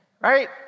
right